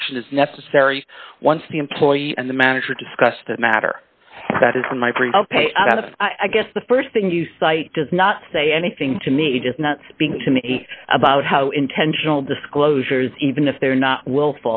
action is necessary once the employee and the manager discuss the matter that is in my free i guess the st thing you cite does not say anything to me just not speak to me about how intentional disclosures even if they're not will